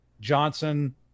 Johnson